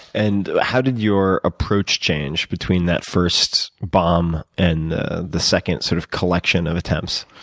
and how did your approach change between that first bomb and the the second sort of collection of attempts?